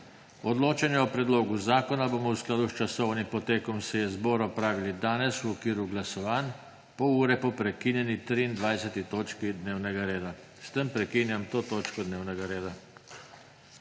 Odločanje o predlogu zakona bomo v skladu s časovnim potekom seje zbora opravili danes v okviru glasovanj, pol ure po prekinjeni 23. točki dnevnega reda. S tem prekinjam to točko dnevnega reda.